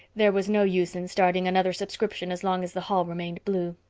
there was no use in starting another subscription as long as the hall remained blue.